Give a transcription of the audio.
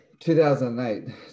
2008